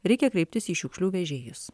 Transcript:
reikia kreiptis į šiukšlių vežėjus